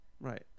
right